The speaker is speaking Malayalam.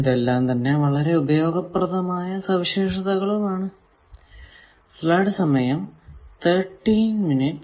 ഇതെല്ലാം തന്നെ വളരെ ഉപയോഗപ്രദമായ സവിശേഷതകൾ ആണ്